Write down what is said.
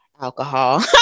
Alcohol